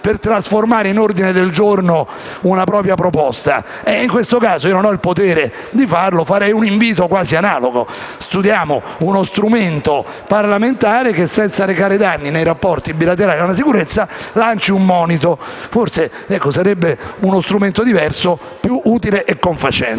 per trasformare in ordine del giorno una proposta emendativa. In questo caso, non ho il potere di farlo, ma farei un invito analogo: studiamo uno strumento parlamentare che, senza arrecare danni ai rapporti bilaterali e alla sicurezza, lanci un monito. Questo sarebbe forse uno strumento più utile e confacente.